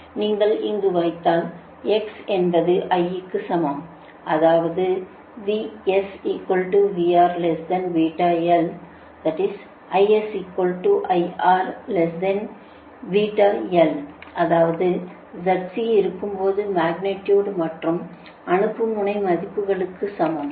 நீங்கள் இங்கு வைத்தால் x என்பது l க்கு சமம்அதாவது அதாவது Zc இருக்கும் போது மக்னிடியுடு மற்றும் அனுப்பும் முனை மதிப்புகளுக்கு சமம்